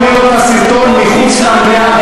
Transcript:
אתה יכול להראות את הסרטון מחוץ למליאה,